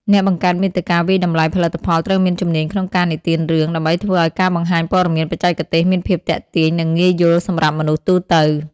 អ្នកបង្កើតមាតិកាវាយតម្លៃផលិតផលត្រូវមានជំនាញក្នុងការនិទានរឿង ដើម្បីធ្វើឱ្យការបង្ហាញព័ត៌មានបច្ចេកទេសមានភាពទាក់ទាញ និងងាយយល់សម្រាប់មនុស្សទូទៅ។